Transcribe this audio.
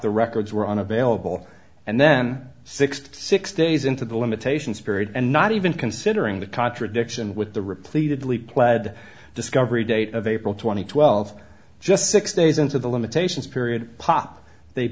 the records were unavailable and then sixty six days into the limitations period and not even considering the contradiction with the repeatedly plaid discovery date of april two thousand and twelve just six days into the limitations period pop they